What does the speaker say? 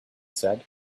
said